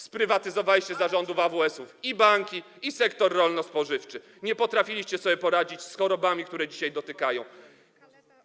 Sprywatyzowaliście za rządów AWS-u i banki, i sektor rolno-spożywczy, nie potrafiliście sobie poradzić z chorobami, które dzisiaj dotykają rolnictwo.